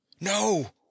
no